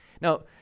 Now